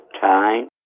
time